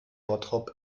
bottrop